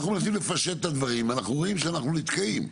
אנחנו מנסים לפשט את הדברים ואנחנו רואים שאנחנו נתקעים.